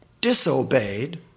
disobeyed